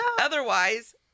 Otherwise